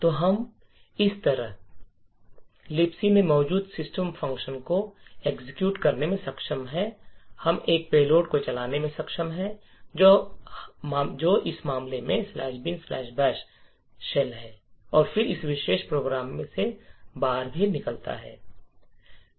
तो इस तरह से हम Libc में मौजूद सिस्टम फंक्शन को एक्जक्यूट करने में सक्षम हैं हम एक पेलोड को चलाने में सक्षम हैं जो इस मामले में bin bash shell "binbash" shell है और फिर इस विशेष प्रोग्राम से बाहर भी निकलता है